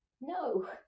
No